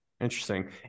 Interesting